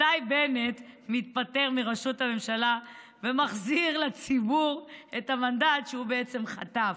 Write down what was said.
מתי בנט מתפטר מראשות הממשלה ומחזיר לציבור את המנדט שהוא בעצם חטף?